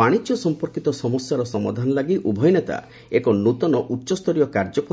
ବାଣିଜ୍ୟ ସଫପର୍କିତ ସମସ୍ୟାର ସମାଧାନ ଲାଗି ଉଭୟ ନେତା ଏକ ନୃତନ ଉଚ୍ଚସ୍ତରୀୟ କାର୍ଯ୍ୟପନ୍ତୁ